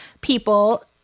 people